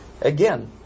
Again